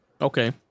Okay